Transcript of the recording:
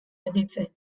erditze